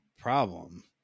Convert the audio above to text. problem